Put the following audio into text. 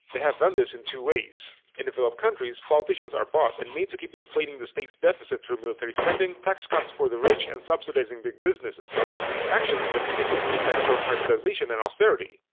they've done this in two ways. in developed countries, politicians are bought and made to keep inflating the states' deficits through military spending, tax cuts for the rich and subsidizing big businesses. these actions then become the pretext for privatization and austerity.